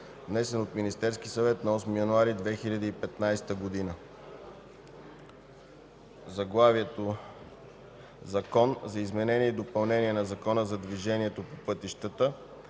внесен от Министерския съвет на 8 януари 2015 г. „Закон за изменение и допълнение на Закона за движението по пътищата”